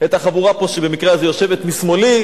את החבורה פה שבמקרה הזה יושבת משמאלי,